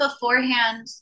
beforehand